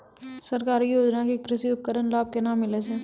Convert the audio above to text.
सरकारी योजना के कृषि उपकरण लाभ केना मिलै छै?